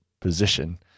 position